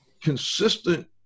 consistent